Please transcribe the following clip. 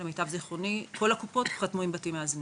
למיטב זיכרוני, כל הקופות חתמו עם בתים מאזנים.